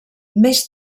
més